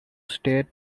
state